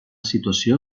situació